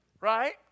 Right